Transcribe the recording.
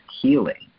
healing